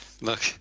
Look